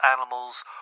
animals